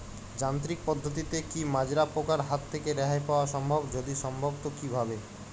যান্ত্রিক পদ্ধতিতে কী মাজরা পোকার হাত থেকে রেহাই পাওয়া সম্ভব যদি সম্ভব তো কী ভাবে?